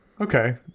okay